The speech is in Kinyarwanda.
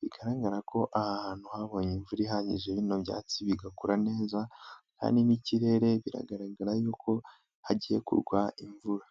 bigaragara ko aha hantu habonye imvura ihagije bino byatsi bigakura neza, aha n'ikirere biragaragara yuko hagiye kugwa imvura.